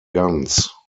guns